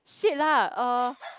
shit lah uh